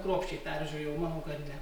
kruopščiai peržiūrėjau manau kad ne